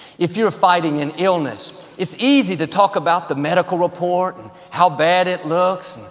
if you're fighting an illness, it's easy to talk about the medical report and how bad it looks,